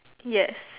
yes